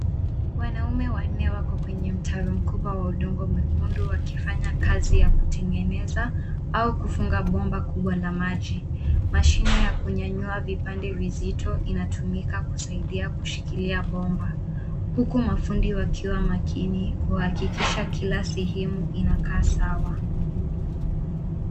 Wanaume wanne wako kwenye mtaro mkubwa wa udongo mwekundu wakifanya kazi ya kutengeneza au kufunga bomba kubwa la maji. Mashini ya kunyanyua vipande vizito inatumika kusaidia kushikilia bomba. Huku mafundi wakiwa makini kuhakikisha kila sehemu inakaa sawa.